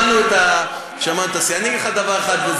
שמענו את, אני אגיד לך דבר אחד.